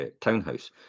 townhouse